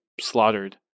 slaughtered